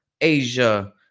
Asia